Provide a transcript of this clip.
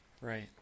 right